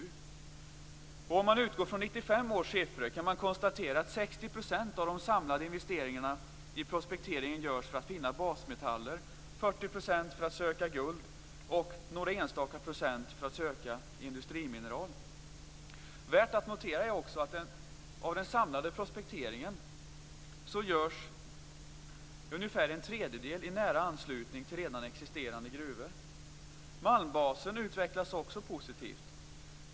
Om man utgår från 1995 års siffror kan man konstatera att 60 % av de samlade investeringarna i prospektering görs för att finna basmetaller, 40 % för att söka guld och några enstaka procent för att finna industrimineral. Värt att notera är också att ungefär en tredjedel av den samlade prospekteringen görs i nära anslutning till redan existerande gruvor. Malmbasen utvecklas också positivt.